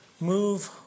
move